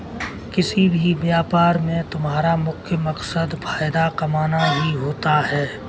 किसी भी व्यापार में तुम्हारा मुख्य मकसद फायदा कमाना ही होता है